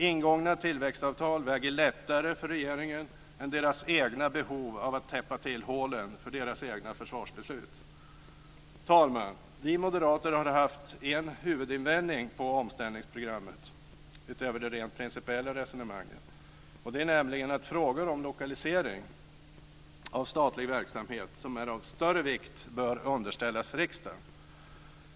Ingångna tillväxtavtal väger lättare för regeringen än dess eget behov av att täppa till hålen för dess eget försvarsbeslut. Fru talman! Vi moderater har haft en huvudinvändning mot omställningsprogrammet utöver de rent principiella resonemangen, nämligen att frågor om lokalisering av statlig verksamhet som är av större vikt bör underställas riksdagen.